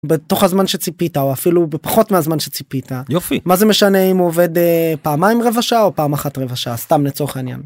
בתוך הזמן שציפית, או אפילו בפחות מהזמן שציפית. יופי. מה זה משנה אם הוא עובד פעמיים רבע שעה, או פעם אחת רבע שעה, סתם לצורך העניין.